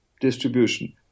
distribution